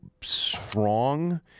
strong